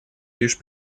лишь